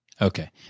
Okay